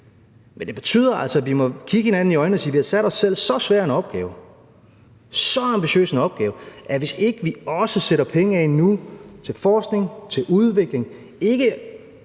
Men det betyder altså, at vi må kigge hinanden i øjnene og sige: Vi har givet os selv så svær en opgave, så ambitiøs en opgave, at hvis ikke vi også sætter penge af nu til forskning, til udvikling – der